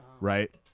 Right